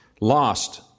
lost